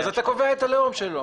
אז אתה קובע את הלאום שלו.